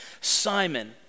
Simon